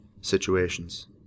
situations